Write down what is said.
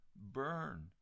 burn